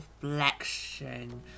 reflection